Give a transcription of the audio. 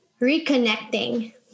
reconnecting